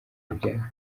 ibyaha